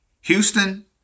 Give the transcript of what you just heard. Houston